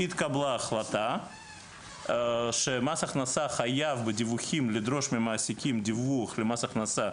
התקבלה החלטה שמס הכנסה חייב בדיווחים לדרוש ממעסיקים דיווח למס הכנסה,